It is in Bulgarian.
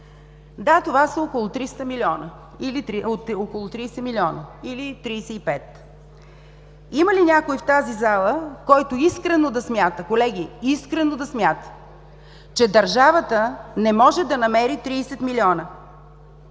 Да, това са около 30 милиона или 35. Има ли някой в тази зала, който искрено да смята, колеги, искрено да смята, че държавата не може да намери 30 милиона